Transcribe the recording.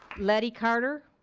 leti carter.